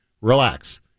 relax